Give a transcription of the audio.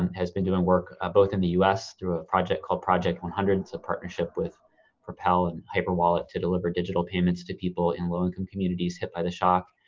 and has been doing work ah both in the us through a project called project one and so partnership with propel and hyperwallet to deliver digital payments to people in low income communities hit by the shock.